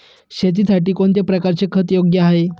शेतीसाठी कोणत्या प्रकारचे खत योग्य आहे?